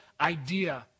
idea